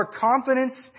confidence